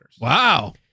Wow